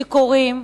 שיכורים,